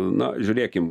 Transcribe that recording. na žiūrėkim